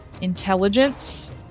intelligence